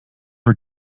her